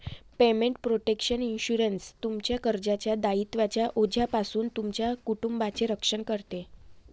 payment protection insurance, तुमच्या कर्जाच्या दायित्वांच्या ओझ्यापासून तुमच्या कुटुंबाचे रक्षण करते